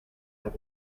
have